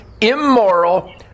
immoral